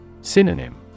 Synonym